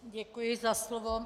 Děkuji za slovo.